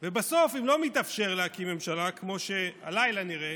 בסוף, אם לא מתאפשר להקים ממשלה, כמו שהלילה נראה,